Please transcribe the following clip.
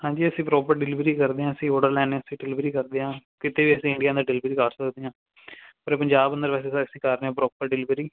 ਹਾਂਜੀ ਅਸੀਂ proper delivery ਕਰਦੇ ਹਾਂ ਅਸੀਂ ਓਡਰ ਲੈਂਦੇ ਫਿਰ ਡਿਲਵਰੀ ਕਰਦੇ ਹਾਂ ਕਿਤੇ ਵੀ ਅਸੀਂ ਇੰਡੀਆ ਨੂੰ ਡਿਲਵਰੀ ਕਰ ਸਕਦੇ ਹਾਂ ਪਰ ਪੰਜਾਬ ਨੂੰ ਵੈਸੇ ਸਰ ਅਸੀਂ ਕਰ ਰਹੇ ਹਾਂ ਪ੍ਰੋਪਰ ਡਿਲਵਰੀ